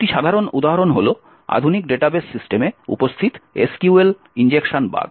একটি সাধারণ উদাহরণ হল আধুনিক ডাটাবেস সিস্টেমে উপস্থিত SQL ইনজেকশন বাগ